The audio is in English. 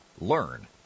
Learn